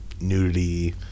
nudity